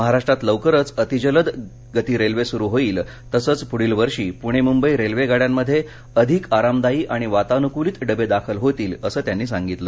महाराष्ट्रात लवकरच अति जलद गती रेल्वे सुरु होईल तसंच पुढच्या वर्षात पुणे मुंबई रेल्वे गाड्यांमध्ये अधिक आरामदायी आणि वातानुकूलित डबे दाखल होतील असं त्यांनी सांगितलं